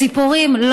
ציפורים.